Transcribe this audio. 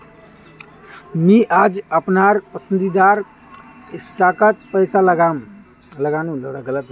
मी आज अपनार पसंदीदा स्टॉकत पैसा लगानु